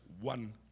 one